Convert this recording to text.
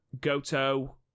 Goto